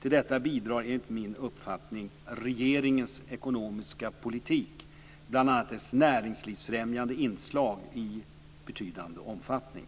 Till detta bidrar enligt min uppfattning regeringens ekonomiska politik, bl.a. dess näringslivsfrämjande inslag, i betydande omfattning.